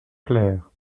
clair